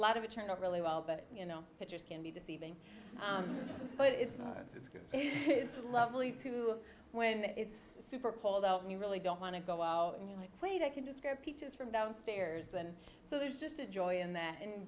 lot of it turned out really well but you know it just can be deceiving but it's it's good it's lovely too when it's super cold out and you really don't want to go out and you're like wait i can just get peaches from downstairs and so there's just a joy in that and